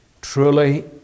truly